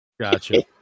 Gotcha